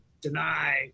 deny